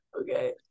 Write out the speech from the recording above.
Okay